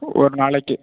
ஒரு நாளைக்கு